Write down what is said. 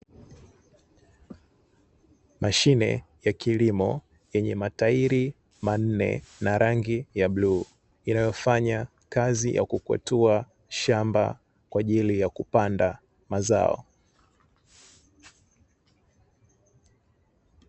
Mashine ya kilimo yenye matairi manne na rangi ya bluu, inayofanya kazi ya kukwatua shamba kwa ajili ya kupanda mazao.